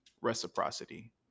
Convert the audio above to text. reciprocity